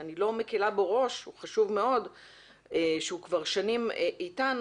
שאני לא מקלה בו ראש והוא חשוב מאוד והוא כבר שנים אתנו,